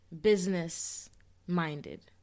business-minded